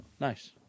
Nice